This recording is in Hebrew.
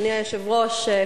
אדוני היושב-ראש,